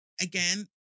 again